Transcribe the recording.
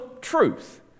truth